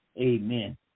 amen